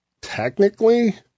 technically